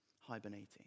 hibernating